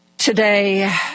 Today